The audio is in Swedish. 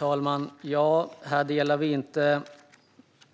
Herr talman! Vi delar inte